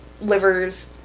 livers